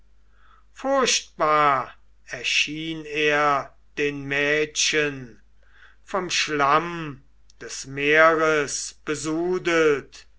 furchtbar erschien er den mädchen vom schlamm des meeres